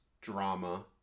drama